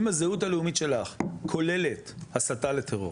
אם הזהות הלאומית שלך כוללת הסתה לטרור,